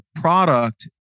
product